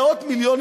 מאות מיליונים,